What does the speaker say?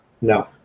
No